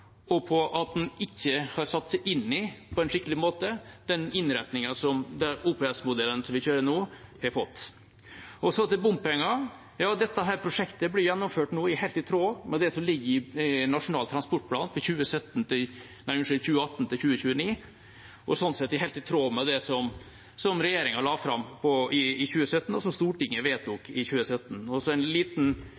og på at en ikke på en skikkelig måte har satt seg inn i den innretningen som OPS-modellen vi kjører nå, har fått. Så til bompenger. Dette prosjektet blir gjennomført helt i tråd med det som ligger i Nasjonal transportplan for 2018–2029, og er sånn sett helt i tråd med det som regjeringa la fram i 2017, og som Stortinget vedtok